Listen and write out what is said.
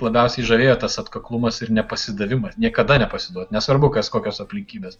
labiausiai žavėjo tas atkaklumas ir nepasidavimas niekada nepasiduoti nesvarbu kas kokios aplinkybės